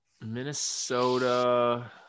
Minnesota